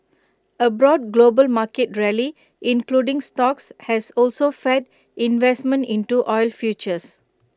A broad global market rally including stocks has also fed investment into oil futures